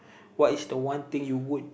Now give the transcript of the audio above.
what is the one thing you would